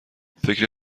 فکر